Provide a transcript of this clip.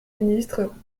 ministre